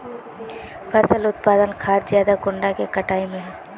फसल उत्पादन खाद ज्यादा कुंडा के कटाई में है?